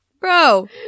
bro